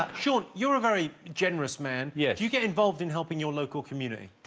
ah sure, you're a very generous man, yes you get involved in helping your local community.